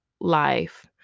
life